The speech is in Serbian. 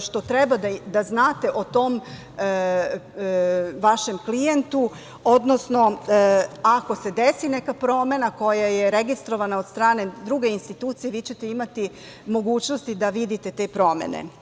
što treba da znate o tom vašem klijentu, odnosno ako se desi neka promena koja je registrovana od strane druge institucije, vi ćete imati mogućnosti da vidite te promene.